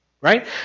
Right